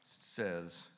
says